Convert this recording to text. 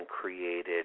created